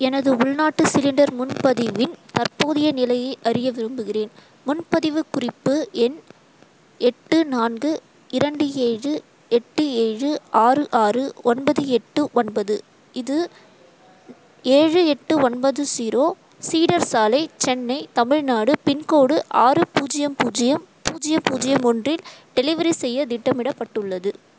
எனது உள்நாட்டு சிலிண்டர் முன்பதிவின் தற்போதைய நிலையை அறிய விரும்புகிறேன் முன்பதிவு குறிப்பு எண் எட்டு நான்கு இரண்டு ஏழு எட்டு ஏழு ஆறு ஆறு ஒன்பது எட்டு ஒன்பது இது ஏழு எட்டு ஒன்பது ஸீரோ சீடர் சாலை சென்னை தமிழ்நாடு பின்கோடு ஆறு பூஜ்ஜியம் பூஜ்ஜியம் பூஜ்ஜியம் பூஜ்ஜியம் ஒன்றில் டெலிவரி செய்ய திட்டமிடப்பட்டுள்ளது